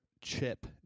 chip